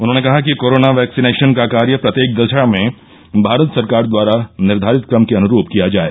उन्होंने कहा कि कोरोना वैक्सीनेशन का कार्य प्रत्येक दशा में भारत सरकार द्वारा निर्धारित क्रम के अनुरूप किया जाए